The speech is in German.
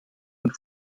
und